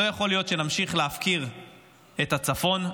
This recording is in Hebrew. לא יכול להיות שנמשיך להפקיר את הצפון.